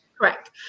Correct